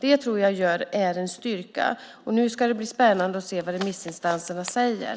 Det tror jag är en styrka, och nu ska det bli spännande att se vad remissinstanserna säger.